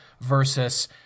versus